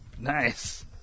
nice